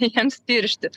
jiems piršti